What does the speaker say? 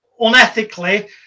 unethically